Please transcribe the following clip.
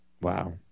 Wow